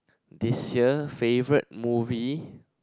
this year favourite movie